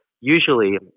usually